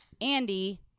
Andy